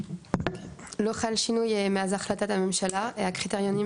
לא חל שינוי מאז החלטת הממשלה חלק מהעניינים